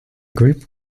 group